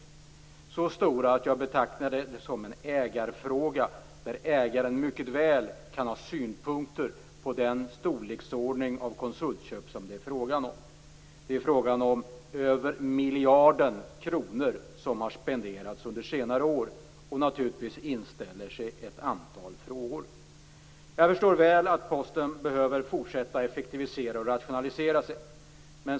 De är så stora att jag betecknar det som en ägarfråga där ägaren mycket väl kan ha synpunkter på den storleksordning av konsultköp som det är frågan om. Över miljarden kronor har spenderats under senare år, och naturligtvis inställer sig ett antal frågor. Jag förstår väl att Posten behöver fortsätta att effektivisera och rationalisera sig.